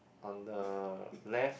on the left